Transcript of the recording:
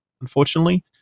unfortunately